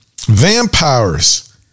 vampires